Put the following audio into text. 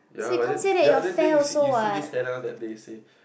ya but then ya then then you see you see this Hannah that they say